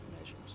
measures